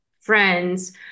friends